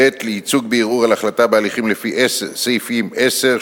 (ב) לייצוג בערעור על החלטה בהליכים לפי סעיפים 10,